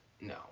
No